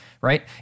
right